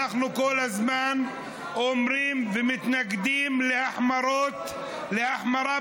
אנחנו כל הזמן אומרים ומתנגדים להחמרה בענישה.